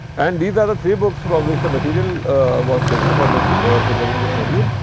and, these are the three books from which the material was taken for this preparing this module.